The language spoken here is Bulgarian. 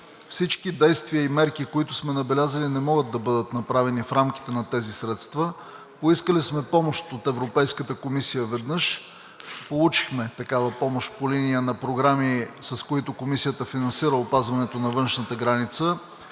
всички действия и мерки, които сме набелязали, не могат да бъдат направени в рамките на тези средства. Поискали сме помощ от Европейската комисия веднъж, получихме такава помощ по линия на програми, с които Комисията финансира опазването на външната граница.